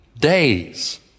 days